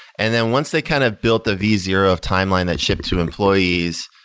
and then once they kind of built the v zero of timeline that shipped to employees,